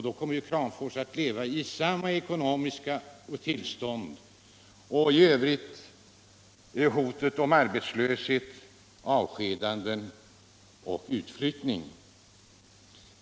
Då kommer Kramfors att leva i samma ekonomiska tillstånd som förut med hot om arbetslöshet, avskedanden och utflyttning.